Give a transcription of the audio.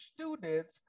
students